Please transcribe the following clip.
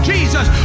Jesus